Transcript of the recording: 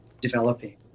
developing